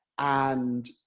and.